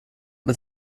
mit